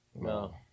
No